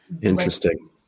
Interesting